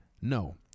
No